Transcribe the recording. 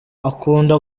akunda